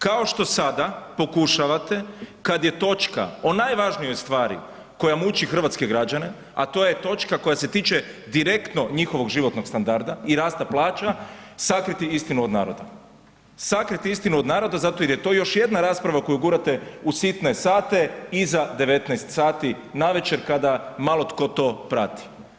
Kao što sada pokušavate kad je točka o najvažnijoj stvari koja muči hrvatske građane, a to je točka koja se tiče direktno njihovog životnog standarda i rasta plaća, sakriti istinu od naroda, sakriti istinu od naroda zato jer je to još jedan rasprava koju gurate u sitne sate iza 19 sati navečer kada malo tko to prati.